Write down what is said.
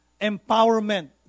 empowerment